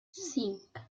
cinc